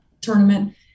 tournament